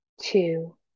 two